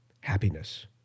happiness